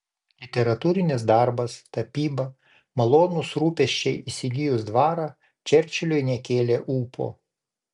literatūrinis darbas tapyba malonūs rūpesčiai įsigijus dvarą čerčiliui nekėlė ūpo